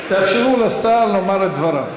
תאפשרו לשר לומר את דבריו.